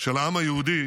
שלעם היהודי